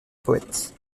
poète